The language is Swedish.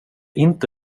inte